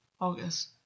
August